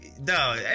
no